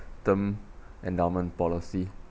term endowment policy